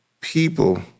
People